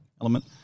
element